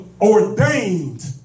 ordained